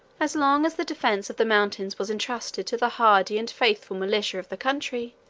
as long as the defence of the mountains was intrusted to the hardy and faithful militia of the country,